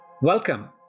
Welcome